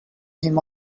him